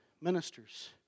Ministers